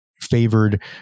favored